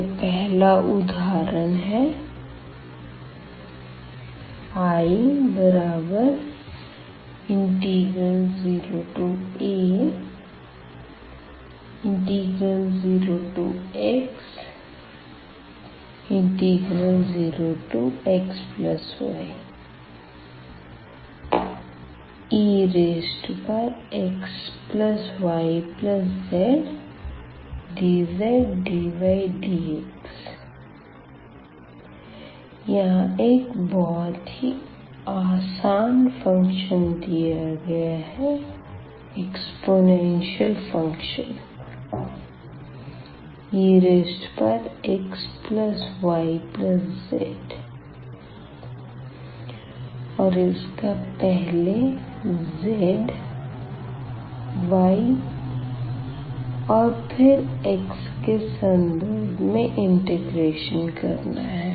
यह पहला उदाहरण है I0a0x0xyexyzdzdydx यहाँ एक बहुत ही आसान फ़ंक्शन लिया गया है एक्स्पोनेंशियल फंक्शन exyz और इसका पहले z y और फिर xके सन्दर्भ में इंटीग्रेशन करना है